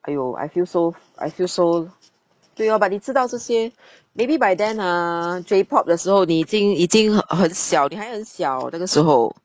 !aiyo! I feel so I feel so 对哦 but 你知道这些 maybe by then ah J pop 的时候你已经已经很很小你还很小那个时候